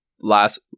last